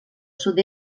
sud